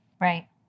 Right